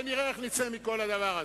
ונראה איך נצא מכל הדבר הזה.